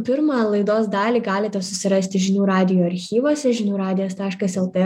pirmą laidos dalį galite susirasti žinių radijo archyvuose žinių radijas taškas lt